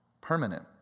permanent